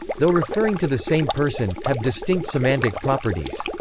though referring to the same person, have distinct semantic properties.